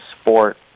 sport